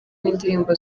n’indirimbo